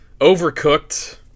Overcooked